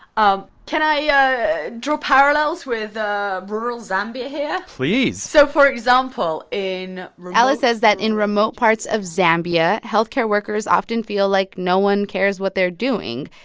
um can i ah draw parallels with rural zambia here? please so for example, in alice says that in remote parts of zambia, health care workers often feel like no one cares what they're doing.